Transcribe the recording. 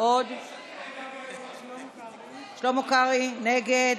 שלמה קרעי, נגד,